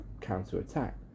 counter-attack